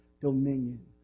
dominion